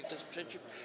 Kto jest przeciw?